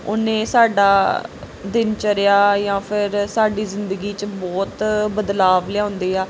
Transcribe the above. ਉਹਨੇ ਸਾਡਾ ਦਿਨ ਚਰਿਆ ਜਾਂ ਫਿਰ ਸਾਡੀ ਜ਼ਿੰਦਗੀ 'ਚ ਬਹੁਤ ਬਦਲਾਅ ਲਿਆਉਂਦੇ ਆ